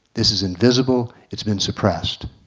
this is invisible. it's been suppressed.